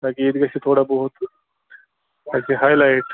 تاکہِ ییٚتہِ گژھِ یہِ تھوڑا بہت اَسہِ ہاے لایِٹ